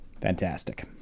fantastic